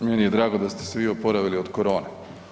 Meni je drago da ste se vi oporavili od korone.